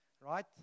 right